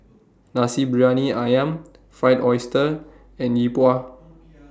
Nasi Briyani Ayam Fried Oyster and Yi Bua